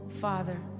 Father